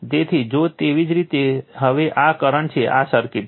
તેથી જો તેવી જ રીતે હવે આ કરંટ છે આ સર્કિટ છે